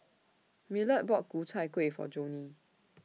Millard bought Ku Chai Kuih For Joni